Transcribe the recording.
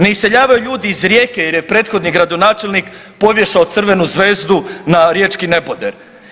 Ne iseljavaju ljudi iz Rijeke jer je prethodni gradonačelnik povješao crvenu zvezdu na riječki neboder.